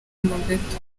mobetto